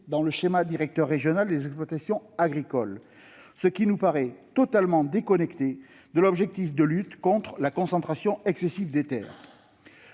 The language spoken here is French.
dans le schéma directeur régional des exploitations agricoles (SDREA), ce qui nous paraît totalement déconnecté de l'objectif de lutte contre la concentration excessive des terres.